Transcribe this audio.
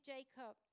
Jacob